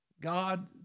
God